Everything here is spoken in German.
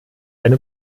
eine